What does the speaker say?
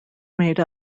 made